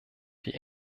die